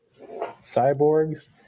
cyborgs